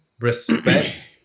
respect